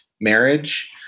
marriage